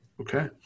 Okay